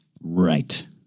right